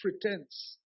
pretense